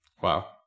Wow